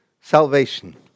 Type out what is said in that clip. salvation